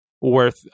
worth